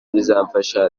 bizamfasha